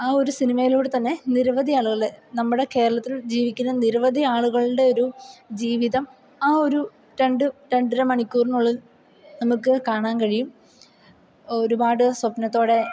ആ ഒരു സിനിമയിലൂടെ തന്നെ നിരവധി ആളുകള് നമ്മുടെ കേരളത്തിൽ ജീവിക്കുന്ന നിരവധി ആളുകളുടെ ഒരു ജീവിതം ആ ഒരു രണ്ട് രണ്ടര മണിക്കൂറിനുള്ളിൽ നമുക്ക് കാണാൻ കഴിയും ഒരുപാട് സ്വപനത്തോടെ